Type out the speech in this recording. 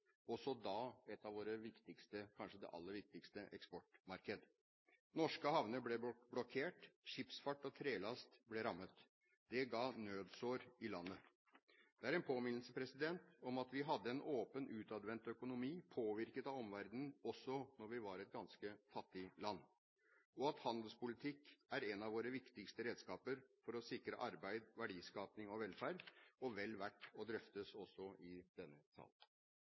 også da et av våre viktigste – kanskje det aller viktigste – eksportmarkeder. Norske havner ble blokkert, skipsfart og trelasteksport ble rammet. Det ga nødsår i landet. Det er en påminnelse om at vi hadde en åpen, utadvendt økonomi, påvirket av omverdenen, også da vi var et ganske fattig land, og at handelspolitikk er et våre viktigste redskaper for å sikre arbeid, verdiskapning og velferd – og vel verd å drøfte også i denne sal.